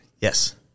Yes